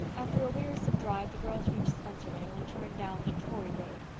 after a wearisome drive the girls reached spencervale and turned down the tory road.